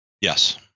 Yes